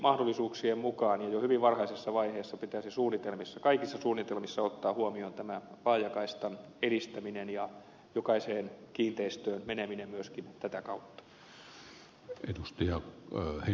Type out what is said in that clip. mahdollisuuksien mukaan ja jo hyvin varhaisessa vaiheessa pitäisi suunnitelmissa kaikissa suunnitelmissa ottaa huomioon tämä laajakaistan edistäminen ja jokaiseen kiinteistöön meneminen myöskin tätä kautta